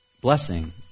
blessing